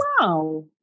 wow